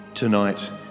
Tonight